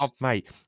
Mate